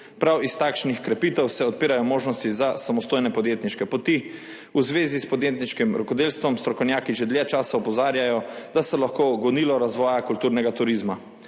prav iz takšnih krepitev se odpirajo možnosti za samostojne podjetniške poti v zvezi s podjetniškim rokodelstvom. Strokovnjaki že dlje časa opozarjajo, da so lahko gonilo razvoja kulturnega turizma.